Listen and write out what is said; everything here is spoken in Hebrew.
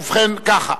ובכן, ככה,